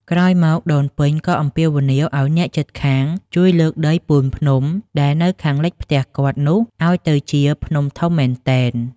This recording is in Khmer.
ក្រោយមក ដូនពេញក៏អំពាវនាវឲ្យអ្នកជិតខាងជួយលើកដីពូនភ្នំដែលនៅខាងលិចផ្ទះគាត់នោះឲ្យទៅជាភ្នំធំមែនទែន។